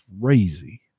crazy